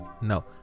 no